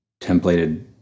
templated